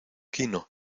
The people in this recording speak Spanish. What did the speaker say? quino